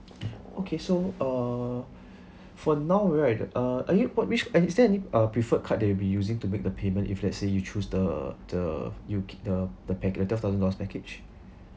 okay so uh for now right uh are you what which uh is there any uh preferred card that you'll be using to make the payment if let's say you choose the the U_K the the pack~ the sourthern or north package